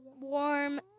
warm